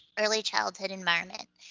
early childhood environment.